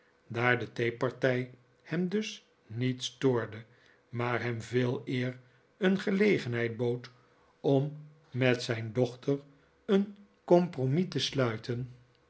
daar de theepartij hem dus niet stoorde maar hem veeleer een gelegenheid bood om met zijn dochter een compromis te sluiten